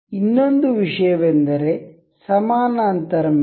ಇನ್ನೊಂದು ವಿಷಯವೆಂದರೆ ಸಮಾನಾಂತರ ಮೇಟ್